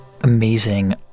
amazing